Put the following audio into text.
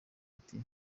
ati